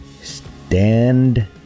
Stand